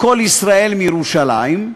"קול ישראל מירושלים",